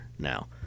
now